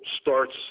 starts